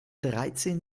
dreizehn